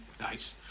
Nice